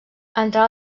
entrar